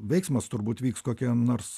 veiksmas turbūt vyks kokiam nors